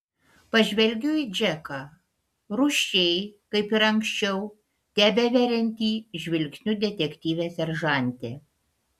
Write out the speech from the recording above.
pažvelgiu į džeką rūsčiai kaip ir anksčiau tebeveriantį žvilgsniu detektyvę seržantę